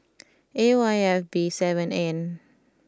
A Y F B seven N